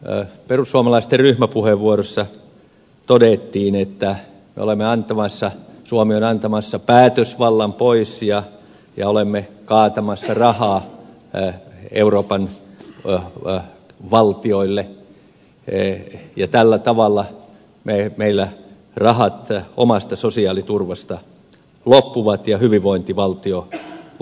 täällä perussuomalaisten ryhmäpuheenvuorossa todettiin että suomi on antamassa päätösvallan pois ja olemme kaatamassa rahaa euroopan valtioille ja tällä tavalla meillä rahat omasta sosiaaliturvasta loppuvat ja hyvinvointivaltio romahtaa